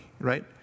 right